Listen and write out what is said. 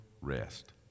rest